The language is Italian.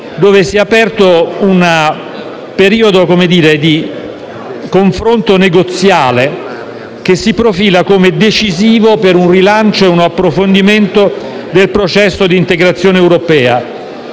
dove si è aperto un periodo di confronto negoziale che si profila come decisivo per un rilancio e un approfondimento del processo di integrazione europea.